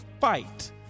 fight